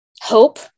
hope